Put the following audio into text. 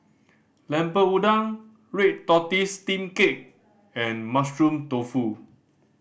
Lemper Udang red tortoise steamed cake and Mushroom Tofu